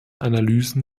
analysen